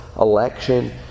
election